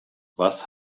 was